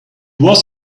was